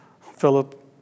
Philip